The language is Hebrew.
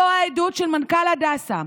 זו העדות של מנכ"ל הדסה: